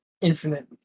Infinite